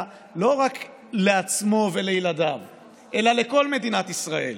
לא רק לעצמו ולילדיו אלא לכל מדינת ישראל,